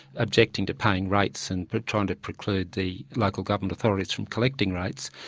objecting to paying rates and trying to preclude the local government authorities from collecting rates,